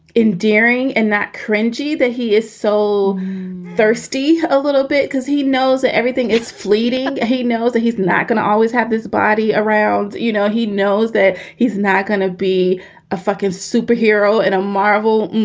endearing and that cringy that he is so thirsty. a little bit, because he knows that everything is fleeting. he knows that he's not going to always have his body around. you know, he knows that he's not going to be a fucking superhero in a marvel,